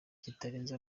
kitarenze